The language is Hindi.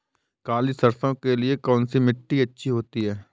काली सरसो के लिए कौन सी मिट्टी अच्छी होती है?